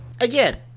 again